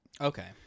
Okay